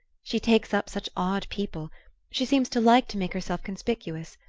she takes up such odd people she seems to like to make herself conspicuous.